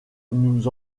nous